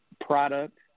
product